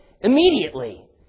immediately